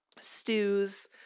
stews